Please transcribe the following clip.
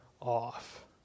off